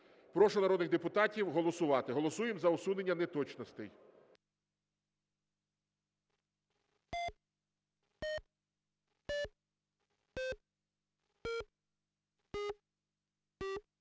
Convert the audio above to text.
Прошу народних депутатів голосувати. Голосуємо за усунення неточностей.